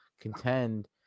contend